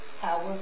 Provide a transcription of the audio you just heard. power